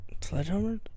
Sledgehammer